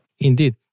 Indeed